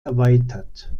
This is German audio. erweitert